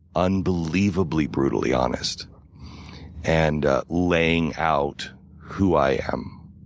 unbelievably, brutally honest and laying out who i am.